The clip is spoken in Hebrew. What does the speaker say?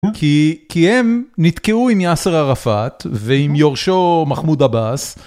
כי הם נתקעו עם יאסר ערפאת ועם יורשו מחמוד אבאס.